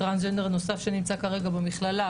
טרנסג'נדר נוסף נמצא כרגע במכללה.